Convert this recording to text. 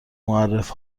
معرف